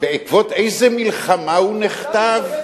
בעקבות איזו מלחמה הוא נכתב?